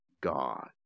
god